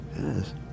Yes